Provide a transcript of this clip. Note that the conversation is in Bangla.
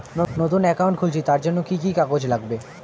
নতুন অ্যাকাউন্ট খুলছি তার জন্য কি কি কাগজ লাগবে?